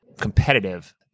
competitive